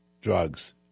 drugs